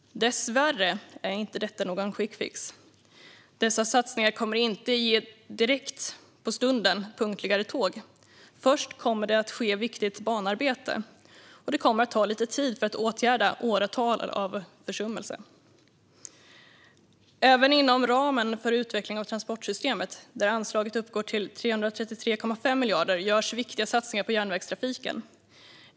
Dessvärre är detta inte någon quickfix. Dessa satsningar kommer inte att ge effekt direkt på stunden i form av punktligare tåg, utan först kommer viktigt banarbete att ske. Det kommer att ta lite tid att åtgärda åratal av försummelse. Även inom ramen för utveckling av transportsystemet, där anslaget uppgår till 333,5 miljarder, görs viktiga satsningar på järnvägstrafiken.